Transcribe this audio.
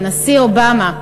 הנשיא אובמה,